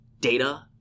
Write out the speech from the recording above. data